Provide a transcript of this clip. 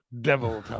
Devil